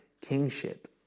kingship